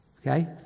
okay